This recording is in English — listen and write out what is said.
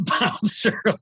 bouncer